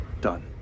Done